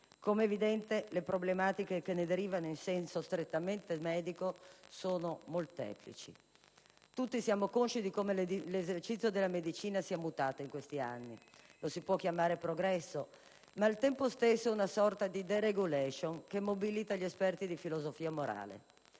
Come è evidente, le problematiche che ne derivano in senso strettamente medico, sono molteplici. Tutti siamo consci di come l'esercizio della medicina sia mutato in questi anni. Lo si può chiamare progresso ma, al tempo stesso, è una sorta di *deregulation* che mobilita gli esperti di filosofia morale.